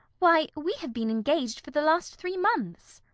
why, we have been engaged for the last three months.